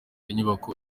inyubako